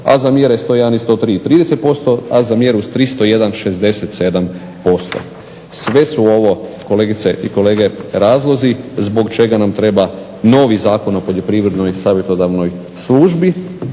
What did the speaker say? a za mjere 101 i 103 30%, a za mjeru 301¸67%. Sve su ovo kolegice i kolege razlozi zbog čega nam treba novi Zakon o poljoprivrednoj savjetodavnoj službi